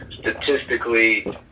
statistically